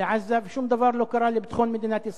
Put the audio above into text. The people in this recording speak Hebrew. לעזה ושום דבר לא קרה לביטחון מדינת ישראל.